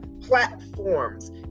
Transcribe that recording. platforms